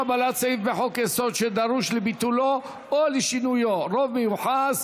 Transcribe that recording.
קבלת סעיף בחוק-יסוד שדרוש לביטולו או לשינויו רוב מיוחס),